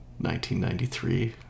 1993